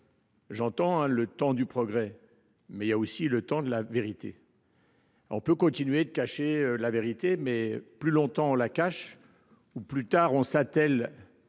entends la nécessité ; mais il faut aussi le temps de la vérité. On peut continuer de cacher la vérité, mais, plus longtemps on la cache, plus tard on s’attelle